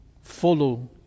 follow